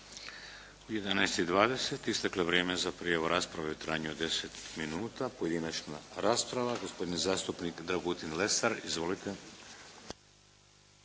i 20. Isteklo je vrijeme za prijavu rasprave u trajanju od 10 minuta. Pojedinačna rasprava. Gospodin zastupnik Dragutin Lesar. Izvolite.